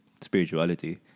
spirituality